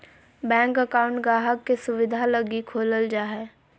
bank account गाहक़ के सुविधा लगी खोलल जा हय